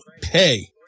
pay